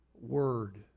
word